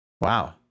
Wow